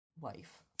wife